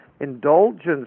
indulgence